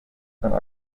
einen